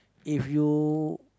if you